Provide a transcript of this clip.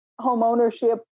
homeownership